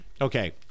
okay